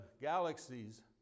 galaxies